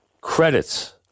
credits